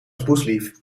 poeslief